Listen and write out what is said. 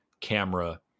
camera